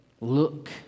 look